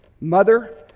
mother